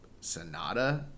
Sonata